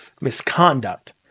misconduct